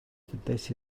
dywedais